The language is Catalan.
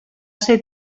ser